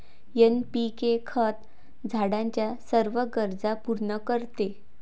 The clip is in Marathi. एन.पी.के खत झाडाच्या सर्व गरजा पूर्ण करते